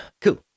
cool